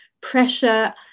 pressure